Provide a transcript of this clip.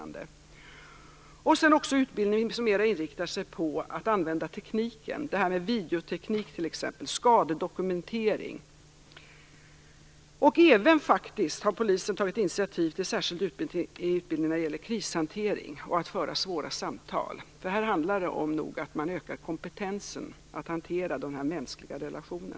Vidare handlar det om utbildning som mera inriktas på användningen av tekniken, t.ex. videoteknik vid skadedokumentering. Polisen har också tagit initiativ till särskild utbildning för krishantering och när det gäller att föra svåra samtal. Här handlar det nog om att man ökar kompetensen för att hantera sådana här mänskliga relationer.